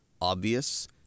obvious